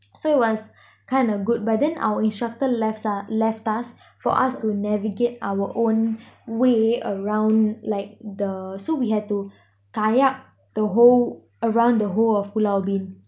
so it was kind of good but then our instructor left ah left us for us to navigate our own way around like the so we had to kayak the whole around the whole of pulau ubin